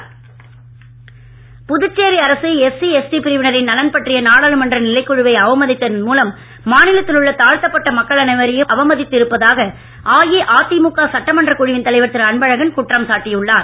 அன்பழகன் புதுச்சேரி அரசு SC ST பிரிவினரின் நலன் பற்றிய நாடாளுமன்ற நிலைக் குழுவை அவமதித்ததன் மூலம் மாநிலத்தில் உள்ள தாழ்த்தப்பட்ட மக்கள் அனைவரையும் அவமதித்து இருப்பதாக அஇஅதிமுக சட்டமன்றக் குழுவின் தலைவர் திரு அன்பழகன் குற்றம் சாட்டி உள்ளார்